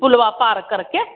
पुलवा पार करके